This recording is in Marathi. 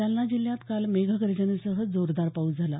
जालना जिल्ह्यात काल मेघगर्जनेसह जोरदार पाऊस झाला